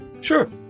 Sure